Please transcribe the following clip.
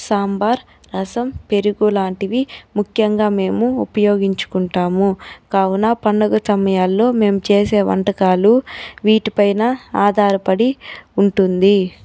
సాంబార్ రసం పెరుగు లాంటివి ముఖ్యంగా మేము ఉపయోగించుకుంటాము కావున పండుగ సమయాలలో మేము చేసే వంటకాలు వీటి పైన ఆధారపడి ఉంటుంది